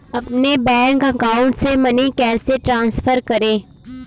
अपने bank account से money कैसे ट्रांसफर करें?